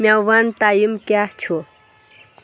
مےٚ ون ٹایم کیاہ چھُ ؟